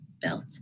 built